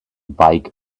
bike